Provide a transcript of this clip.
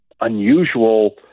unusual